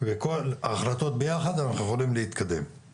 ועם כל ההחלטות ביחד אנחנו יכולים להתקדם.